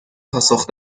پاسخ